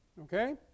Okay